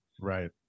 Right